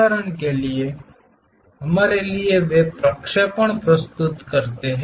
उदाहरण के लिए हमारे लिए वे प्रक्षेपण प्रस्तुत करते हैं